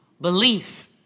Belief